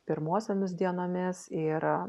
pirmosiomis dienomis ir